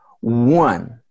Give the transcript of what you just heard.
one